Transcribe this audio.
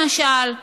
למשל,